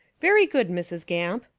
very good, mrs. gamp,